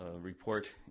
Report